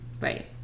Right